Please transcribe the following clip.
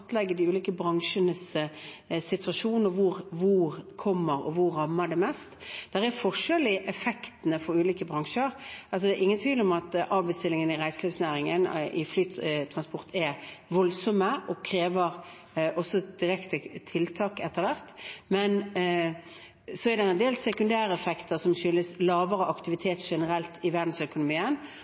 de ulike bransjenes situasjon og hvor det kommer til å ramme mest. Det er forskjell i effektene for ulike bransjer – det er ingen tvil om at avbestillingene i reiselivsnæringen, i flytransport, er voldsomme og krever også direkte tiltak etter hvert. Men så er det en del sekundæreffekter som skyldes lavere aktivitet generelt i verdensøkonomien,